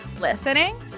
listening